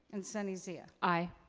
and sunny zia? aye.